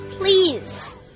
Please